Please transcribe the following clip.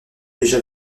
déjà